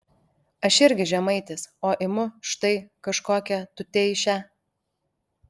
aš irgi žemaitis o imu štai kažkokią tuteišę